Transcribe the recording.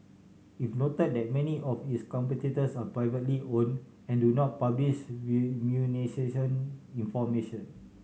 it noted that many of its competitors are privately own and do not publish remuneration information